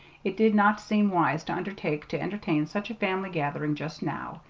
it did not seem wise to undertake to entertain such a family gathering just now.